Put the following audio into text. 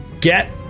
get